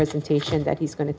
presentation that he's going to